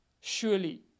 Surely